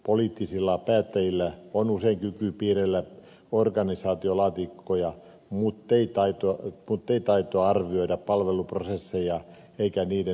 poliittisilla päättäjillä on usein kyky piirrellä organisaatiolaatikkoja muttei taitoa arvioida palveluprosesseja eikä niiden uudistamista